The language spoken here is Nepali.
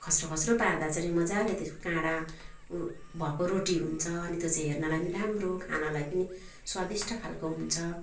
खस्रो खस्रो पार्दा चाहिँ मजाले त्यसको काँडा भएको रोटी हुन्छ अनि त्यो चाहिँ हेर्नलाई पनि राम्रो खानलाई पनि स्वादिष्ट खाल्को हुन्छ